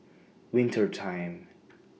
Winter Time